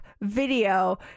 video